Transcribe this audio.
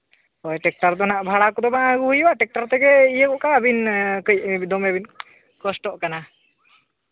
ᱦᱳᱭ ᱴᱨᱠᱴᱟᱨ ᱫᱚ ᱦᱟᱸᱜ ᱵᱷᱟᱲᱟ ᱠᱚᱫᱚ ᱦᱟᱸᱜ ᱵᱟᱝ ᱟᱹᱜᱩ ᱦᱩᱭᱩᱜᱼᱟ ᱴᱮᱠᱴᱟᱨ ᱛᱮᱜᱮ ᱤᱭᱟᱹ ᱠᱟᱜ ᱵᱤᱱ ᱟᱹᱵᱤᱱ ᱠᱟᱹᱡ ᱫᱚᱢᱮ ᱵᱤᱱ ᱠᱚᱥᱴᱚᱜ ᱠᱟᱱᱟ